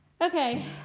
okay